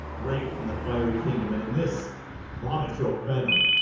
break from the fiery kingdom, and in this vomit your venom,